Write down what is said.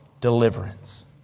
deliverance